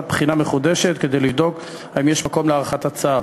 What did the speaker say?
בחינה מחודשת כדי לבדוק אם יש מקום להארכת הצו.